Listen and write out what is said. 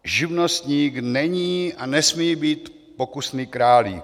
Živnostník není a nesmí být pokusný králík.